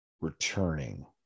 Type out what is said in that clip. returning